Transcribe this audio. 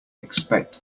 expect